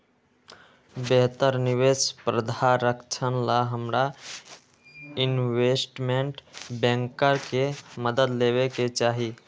बेहतर निवेश प्रधारक्षण ला हमरा इनवेस्टमेंट बैंकर के मदद लेवे के चाहि